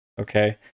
okay